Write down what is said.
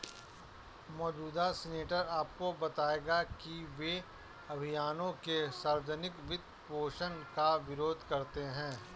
मौजूदा सीनेटर आपको बताएंगे कि वे अभियानों के सार्वजनिक वित्तपोषण का विरोध करते हैं